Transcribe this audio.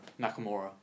Nakamura